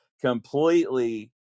completely